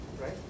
right